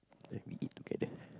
then we eat together